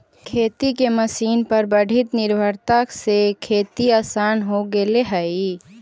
खेती के मशीन पर बढ़ीत निर्भरता से खेती आसान हो गेले हई